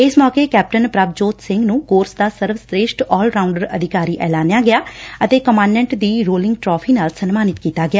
ਇਸ ਮੌਕੇ ਕੈਪਟਨ ਪ੍ਭਜੋਤ ਸਿੰਘ ਨੂੰ ਕੋਰਸ ਦਾ ਸਰਵ ਸ੍੍ੇਸ਼ਠ ਆਲ ਰਾਊਂਡਰ ਅਧਿਕਾਰੀ ਐਲਾਨਿਆ ਗਿਆ ਅਤੇ ਕਮਾਂਡੈਂਟ ਦੀ ਰੋਲਿੰਗ ਟਰਾਫ਼ੀ ਨਾਲ ਸਨਮਾਨਿਤ ਕੀਤਾ ਗਿਆ